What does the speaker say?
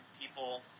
people